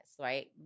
right